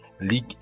League